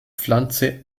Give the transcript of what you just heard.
pflanze